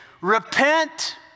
repent